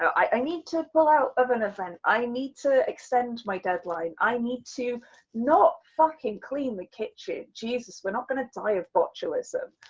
i need to pull out of an event. i need to extend my deadline. i need to not fucking clean the kitchen, jesus we're not going to die of botulism.